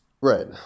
right